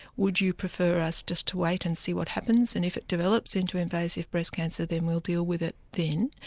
would you prefer us just to wait and see what happens and if it develops into invasive breast cancer then we'll deal with it then.